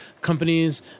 companies